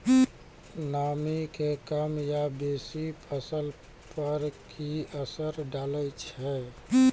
नामी के कम या बेसी फसल पर की असर डाले छै?